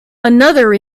another